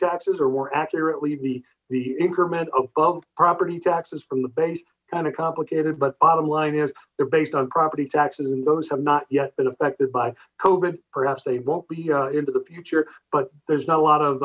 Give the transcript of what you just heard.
taxes or more accurately the increment above property taxes from the base kind of complicated but bottom line is they're based on property taxes and those have not yet been affected by perhaps they won't be into the future but there's not a lot of